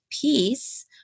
peace